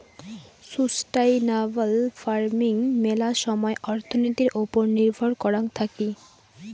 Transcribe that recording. sustainable farming মেলা সময় অর্থনীতির ওপর নির্ভর করাং থাকি